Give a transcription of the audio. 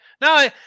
No